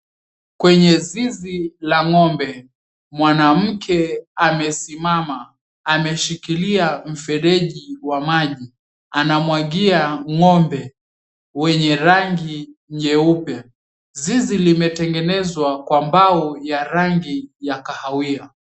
Kwenye zizi la ng' ombe mwanamke amesimama a𝑚𝑒𝑠hikilia mfereji wa maji, anamwagia ng'ombe wenye rangi nyeupe. Zizi limetengenezwa kwa mbao ya rangi ya kahawia.